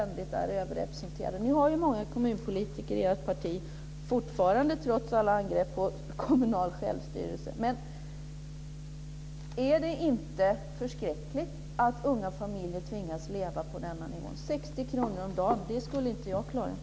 Ni har ju fortfarande många kommunalpolitiker i ert parti trots alla angrepp på kommunal självstyrelse. Är det inte förskräckligt att unga barnfamiljer tvingas att leva på denna nivå? Jag skulle inte klara mig på 60 kr om dagen.